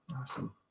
Awesome